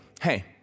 hey